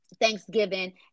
Thanksgiving